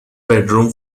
bedroom